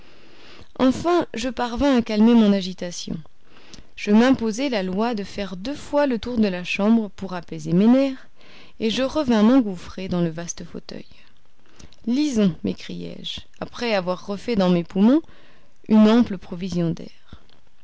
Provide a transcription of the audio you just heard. enfin je parvins à calmer mon agitation je m'imposai la loi de faire deux fois le tour de la chambre pour apaiser mes nerfs et je revins m'engouffrer dans le vaste fauteuil lisons m'écriai-je après avoir refait dans mes poumons une ample provision d'air